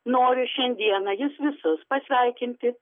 noriu šiandieną jus visus pasveikinti